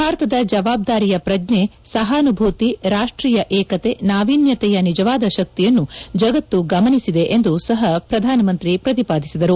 ಭಾರತದ ಜವಾಬ್ದಾರಿಯ ಶ್ರಜ್ಞೆ ಸಹಾನುಭೂತಿರಾಷ್ಷೀಯ ಏಕತೆ ನಾವೀನ್ವತೆಯ ನಿಜವಾದ ಶಕ್ತಿಯನ್ನು ಜಗತ್ತು ಗಮನಿಸಿದೆ ಎಂದು ಸಹ ಪ್ರಧಾನಮಂತ್ರಿ ಪ್ರತಿಪಾದಿಸಿದರು